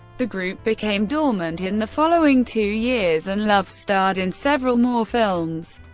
the group became dormant in the following two years, and love starred in several more films,